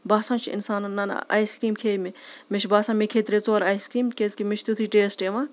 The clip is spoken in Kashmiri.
باسان چھُ اِنسانَن نہ نہ آیِس کرٛیٖم کھے مےٚ مےٚ چھُ باسان مےٚ کھیٚیہِ ترٛےٚ ژور آیِس کرٛیٖم کیازِکہِ مےٚ چھُ تیُٚتھُے ٹیسٹ یِوان